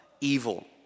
evil